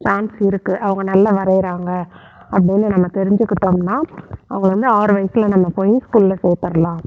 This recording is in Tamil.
சான்ஸ் இருக்கு அவங்க நல்லா வரைகிறாங்க அப்படின்னு நம்ம தெரிஞ்சுக்கிட்டோம்னா அவங்கள வந்து ஆறு வயசில் நம்ம போய் ஸ்கூலில் சேத்துடலாம்